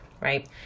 right